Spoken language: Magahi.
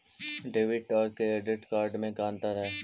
डेबिट और क्रेडिट कार्ड में का अंतर हइ?